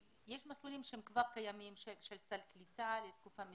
יש מסלולים שכבר קיימים של סל קליטה לתקופה מסוימת.